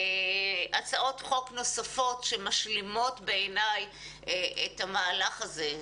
הצעות חוק נוספות שבעיניי משלימות את המהלך הזה,